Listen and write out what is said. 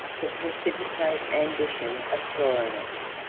the precipitate ambition of florianus.